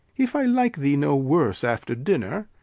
if i like thee no worse after dinner,